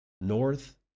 North